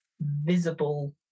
visible